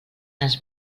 les